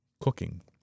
cooking